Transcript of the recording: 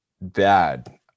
bad